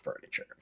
furniture